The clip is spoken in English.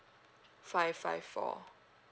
five five four